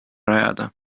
rajada